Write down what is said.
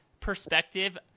perspective